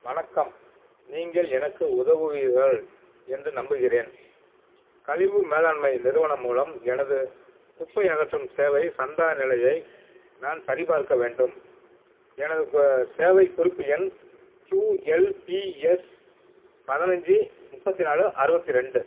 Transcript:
வணக்கம் நீங்கள் எனக்கு உதவுவீர்கள் என்று நம்புகிறேன் கழிவு மேலாண்மை நிறுவனம் மூலம் எனது குப்பை அகற்றும் சேவை சந்தா நிலையை நான் சரிபார்க்க வேண்டும் எனது கு சேவை குறிப்பு எண் கியூஎல்பிஎஸ் பதினைஞ்சி முப்பத்தி நாலு அறுபத்தி ரெண்டு